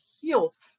heals